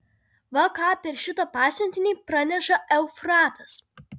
va ką per šitą pasiuntinį praneša eufratas